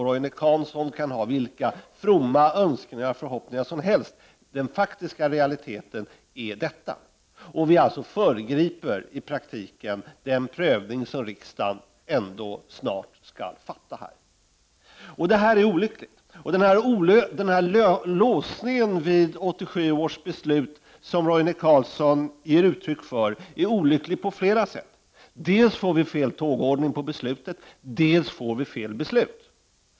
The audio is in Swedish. Roine Carlsson kan ha vilka fromma önskningar och förhoppningar som helst; detta är den faktiska situationen, och vi föregriper alltså i praktiken den prövning som riksdagen ändå snart skall göra. Det här är olyckligt. Låsningen vid 1987 års försvarsbeslut som Roine Carlsson ger uttryck för är olycklig på flera sätt. Dels får vi fel tågordning på beslutet, dels får vi fel beslut.